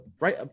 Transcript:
right